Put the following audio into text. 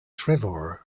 trevor